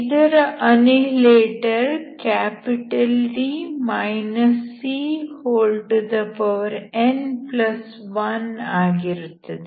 ಇದರ annihilator D cn1 ಆಗಿರುತ್ತದೆ